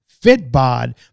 FitBod